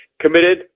committed